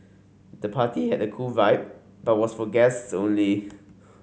the party had a cool vibe but was for guests only